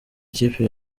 ikipe